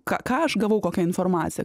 ką ką aš gavau kokią informaciją